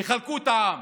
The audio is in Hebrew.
יחלקו את העם.